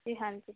ਹਾਂਜੀ ਹਾਂਜੀ